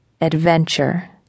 adventure